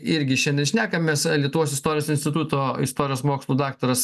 irgi šiandien šnekamės lietuvos istorijos instituto istorijos mokslų daktaras